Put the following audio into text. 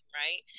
right